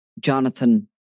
Jonathan